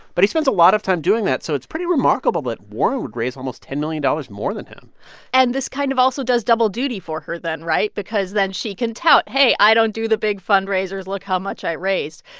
but he spends a lot of time doing that, so it's pretty remarkable that warren would raise almost ten million dollars more than him and this kind of also does double duty for her, then right? because then she can tout, hey, i don't do the big fundraisers look how much i raised.